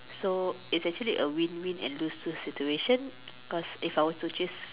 so is actually a win win band lose lose situation so if I were to